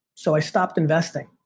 so i stopped investing.